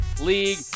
League